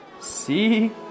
See